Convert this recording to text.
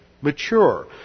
mature